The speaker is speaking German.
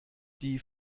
die